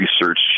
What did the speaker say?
research